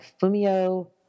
Fumio